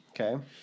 Okay